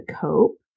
cope